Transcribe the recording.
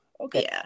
okay